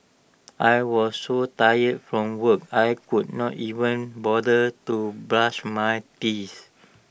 I was so tired from work I could not even bother to brush my teeth